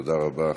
תודה רבה,